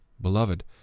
Beloved